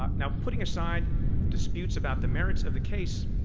ah now putting aside disputes about the merits of the case,